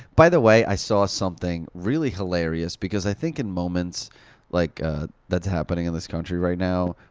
by the way, i saw something really hilarious because i think in moments like ah that's happening in this country right now,